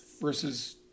Versus